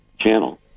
channel